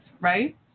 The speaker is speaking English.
right